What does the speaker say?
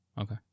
Okay